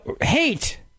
hate